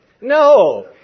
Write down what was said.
No